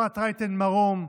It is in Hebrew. אפרת רייטן מרום,